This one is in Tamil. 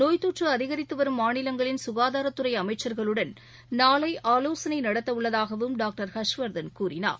நோய் தொற்று அதிகித்து வரும் மாநிலங்களின் சுகாதாத்துறை அமைச்சர்களுடன் நாளை ஆலோசனை நடத்த உள்ளதாகவும் டாக்டர் ஹர்ஷ்வர்தன் கூறினார்